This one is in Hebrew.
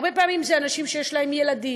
והרבה פעמים מגיעים אנשים שיש להם ילדים,